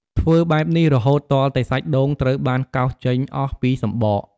ធ្វើបែបនេះរហូតទាល់តែសាច់ដូងត្រូវបានកោសចេញអស់ពីសម្បក។